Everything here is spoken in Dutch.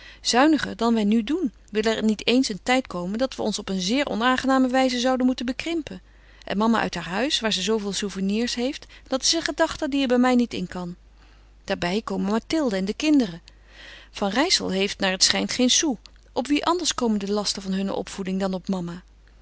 zuiniger dan wij nu doen wil er niet eens een tijd komen dat we ons op een zeer onaangename wijze zouden moeten bekrimpen en mama uit haar huis waar ze zooveel souvenirs heeft dat is een gedachte die er bij mij niet in kan daarbij komen mathilde en de kinderen van rijssel heeft naar het schijnt geen sou op wie anders komen de lasten van hunne opvoeding dan op mama